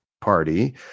party